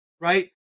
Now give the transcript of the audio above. right